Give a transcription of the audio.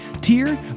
tier